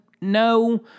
No